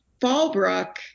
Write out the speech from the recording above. Fallbrook